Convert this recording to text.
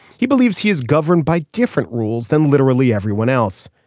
he believes he is governed by different rules than literally everyone else.